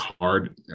hard